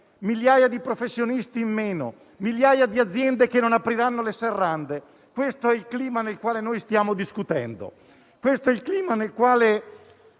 migliaia di professionisti in meno, migliaia di aziende che non apriranno le serrande. Questo è il clima nel quale stiamo discutendo. Questo è il clima nel quale